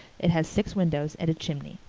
it has six windows and a chimney.